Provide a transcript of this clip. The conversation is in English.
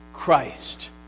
Christ